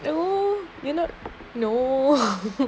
oh you're not no